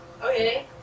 okay